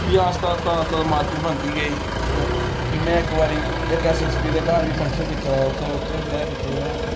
फ्ही आस्ता आस्ता आस्ता मार्किट बनदी गेई फ्ही में इक बारी इक ऐस एस पी दे घर बी फंक्शन खिच्चे दा उत्थें उत्थै बी ब्याह् खिच्चे हे में